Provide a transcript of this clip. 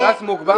קרן,